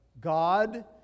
God